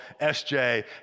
SJ